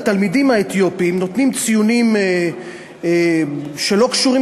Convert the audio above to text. לתלמידים האתיופים נותנים ציונים שלא קשורים